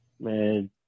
man